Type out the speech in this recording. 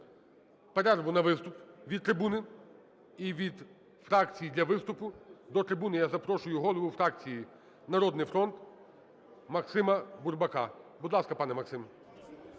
перерву на виступ від трибуни. І від фракцій для виступу до трибуни я запрошую голову фракції "Народний фронт" Максима Бурбака. Будь ласка, пане Максим.